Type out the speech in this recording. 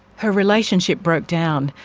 her relationship broke down,